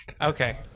Okay